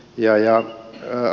jää ja on yhä